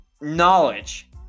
knowledge